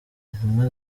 intumwa